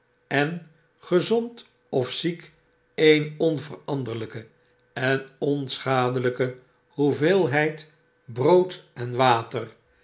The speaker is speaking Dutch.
en gezond of ziek ee'n onveranderlijke en onschadelyke hoeveelheid brood en water